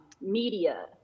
media